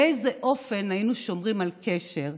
באיזה אופן היינו שומרים על קשר.